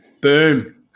Boom